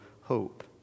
hope